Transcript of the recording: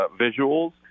visuals